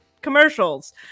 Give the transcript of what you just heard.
commercials